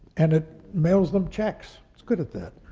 and it mails them checks. it's good at that.